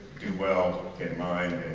do well and